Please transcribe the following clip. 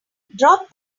drop